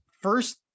first